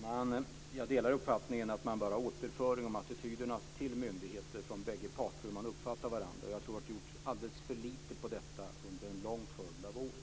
Fru talman! Jag delar uppfattningen att man bör ha en återföring när det gäller attityderna till myndigheterna från bägge parter om hur man uppfattar varandra. Jag tror att det har gjorts alldeles för lite i fråga om detta under en lång följd av år.